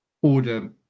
oder